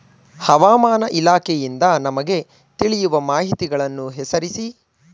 ಹವಾಮಾನ ಇಲಾಖೆಯಿಂದ ನಮಗೆ ತಿಳಿಯುವ ಮಾಹಿತಿಗಳನ್ನು ಹೆಸರಿಸಿ?